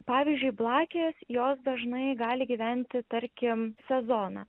pavyzdžiui blakės jos dažnai gali gyventi tarkim sezoną